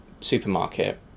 supermarket